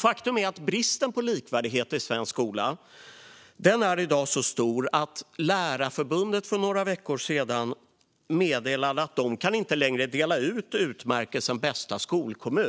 Faktum är att bristen på likvärdighet i den svenska skolan i dag är så stor att Lärarförbundet för några veckor sedan meddelade att de inte längre kan dela ut utmärkelsen Bästa skolkommun.